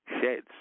sheds